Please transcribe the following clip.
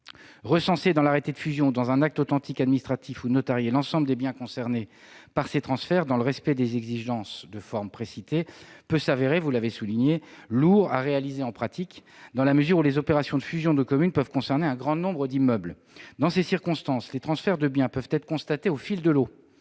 Recenser dans l'arrêté de fusion ou dans un acte authentique administratif ou notarié l'ensemble des biens concernés par ces transferts, dans le respect des exigences de forme précitées, peut se révéler, comme vous l'avez souligné, lourd à réaliser en pratique, dans la mesure où les opérations de fusion de communes peuvent concerner un grand nombre d'immeubles. Dans ces circonstances, les transferts de biens peuvent être constatés au fil de l'eau,